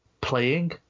playing